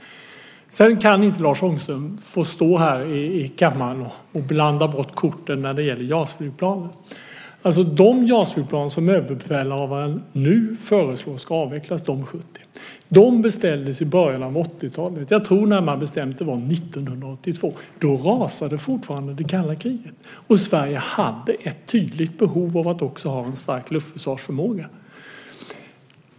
Sedan kan inte Lars Ångström få stå här i kammaren och blanda bort korten när det gäller JAS-flygplanen. De 70 JAS-flygplan som överbefälhavaren nu föreslår ska avvecklas beställdes i början av 80-talet. Jag tror att det närmare bestämt var 1982. Då rasade fortfarande det kalla kriget, och Sverige hade ett tydligt behov av att också ha en stark luftförsvarsförmåga.